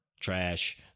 trash